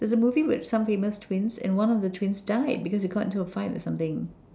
there's a movie with some famous twins and one of the twins died because they got into a fight or something